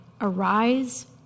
arise